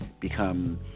become